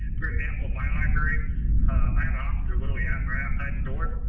for example, my library i have an officer literally ah right outside the door.